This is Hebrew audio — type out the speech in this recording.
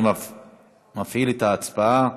אני מפעיל את ההצבעה.